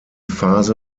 phase